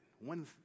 One